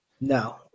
No